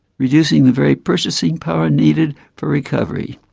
reducing the very purchasing power needed for recovery.